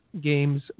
games